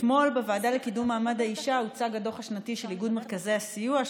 אתמול בוועדה לקידום מעמד האישה הוצג הדוח השנתי של איגוד מרכזי הסיוע,